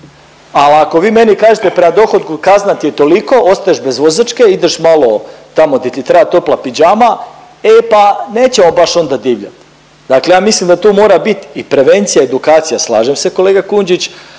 Al ako vi meni kažete prema dohotku kazna ti je toliko, ostaješ bez vozačke, ideš malo tamo di ti treba topla pidžama, e pa nećemo baš onda divljat. Dakle ja mislim da tu mora bit i prevencija i edukacija, slažem se kolega Kujundžić